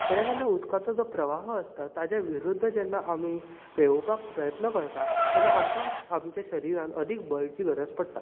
केन्ना केन्ना उदकाचो जो प्रवाह आसता ताचें विरूध्द जेन्ना आमी पोंवपाक प्रयत्न करता तेन्ना आमकां आमच्या शरिरांत अदिक बळाची गरज पडटा